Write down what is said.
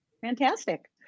Fantastic